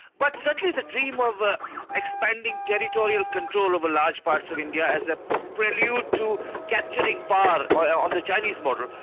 but certainly the dream of ah expanding territorial control over large parts of india as a prelude to capturing but power, on the chinese model,